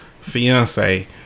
fiance